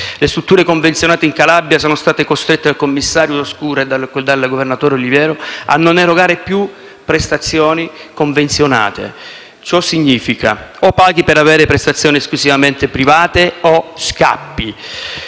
le strutture convenzionate in Calabria sono state costrette dal commissario Scura e dal governatore Oliverio a non erogare più prestazioni convenzionate: ciò significa che o paghi per avere prestazioni esclusivamente private o scappi